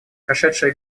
прошедшие